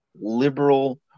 liberal